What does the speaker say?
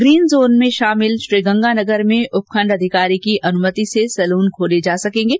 green zone में शामिल श्रीगंगानगर में उपखंड अधिकारी की अनुमति से सैलून खोले जा सकेंगे